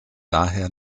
daher